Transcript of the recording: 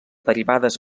derivades